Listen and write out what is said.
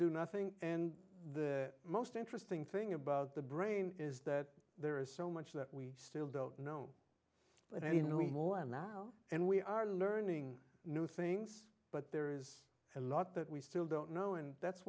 do nothing and the most interesting thing about the brain is that there is so much that we still don't know but he more now and we are learning new things but there is a lot that we still don't know and that's